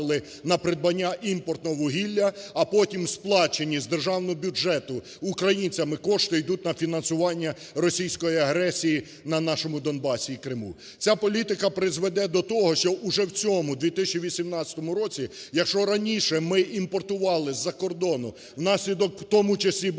на придбання імпортного вугілля, а потім сплачені з державного бюджету українцями кошти йдуть на фінансування російської агресії на нашому Донбасі і Криму. Ця політика призведе до того, що вже в цьому 2018 році, якщо раніше ми імпортували з-за кордону внаслідок, в тому числі блокади